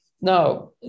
No